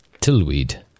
Tillweed